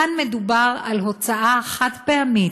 כאן מדובר על הוצאה חד- פעמית,